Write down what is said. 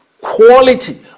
quality